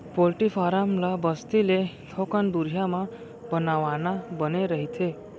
poultry farm ल बस्ती ले थोकन दुरिहा म बनवाना बने रहिथे